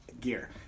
gear